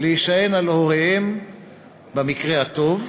להישען על הוריהם במקרה הטוב,